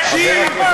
תקשיב.